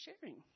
sharing